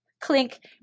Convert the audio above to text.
clink